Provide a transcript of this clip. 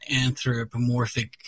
anthropomorphic